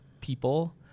people